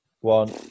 one